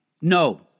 No